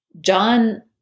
John-